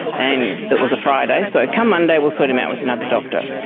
and it was a friday so, come monday we'll sort him out with another doctor.